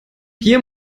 hier